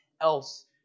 else